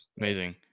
Amazing